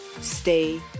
stay